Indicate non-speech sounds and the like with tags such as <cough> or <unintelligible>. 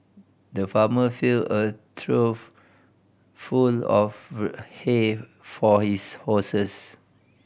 the farmer filled a trough full of <unintelligible> hay for his horses